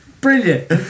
Brilliant